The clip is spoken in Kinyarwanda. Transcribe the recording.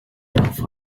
y’urupfu